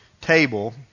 table